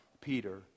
Peter